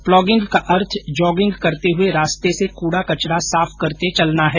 plogging का अर्थ jogging करते हुए रास्ते से कूड़ा कचरा साफ करते चलना है